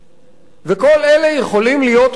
וכל אלה יכולים להיות מתאימים.